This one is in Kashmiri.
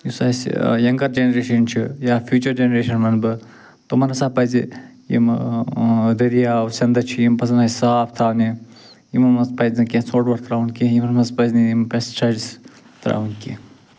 یُس اَسہِ ینٛگر جنریشن چھِ یا فیوٗچر جنریشن وَنہٕ بہِ تِمَن ہسا پَزِ یِمہٕ دٔریاو سٮ۪نٛدٕ چھِ یِم پَزَن اَسہِ صاف تھاونہِ یِمو منٛز پَزنہِ کیٚنٛہہ ژھۄٹھ وۄٹھ ترٛاوُن کیٚنٛہہ یِمن منٛز پَزنہِ یِم پٮ۪سٹٕسایڈٕس ترٛاوٕنۍ کیٚنٛہہ